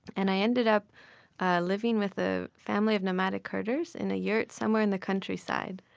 and i ended up living with a family of nomadic herders in a yurt somewhere in the countryside,